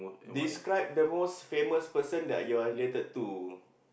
describe the most famous person that you are related to